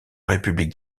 république